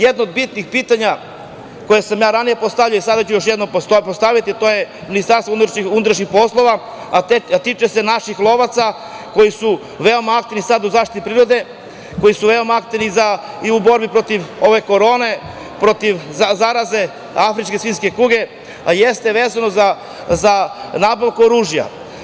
Jedno od bitnih pitanja koje sam ja ranije postavljao, a sada ću još jednom postaviti, a to je upućeno MUP, a tiče se naših lovaca koji su veoma aktivni sada u zaštiti prirode, koji su veoma aktivni i u borbi protiv ove korone, protiv zaraze, afričke svinjske kuge, a jeste vezano za nabavku oružja.